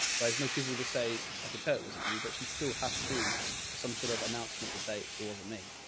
whereas most people would just say, i could tell it wasn't you, but she's still have to do some sort of announcement to say, it wasn't me.